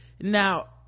now